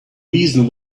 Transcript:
reason